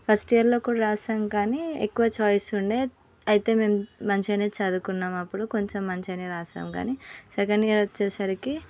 first ఇయర్లో కూడా రాసాము కానీ ఎక్కువ ఛాయిస్ ఉండే అయితే మేము మంచిగానే చదువుకున్నాము అప్పుడు కొంచెం మంచిగానే రాసాము కానీ సెకండ్ ఇయర్ వచ్చేసరికి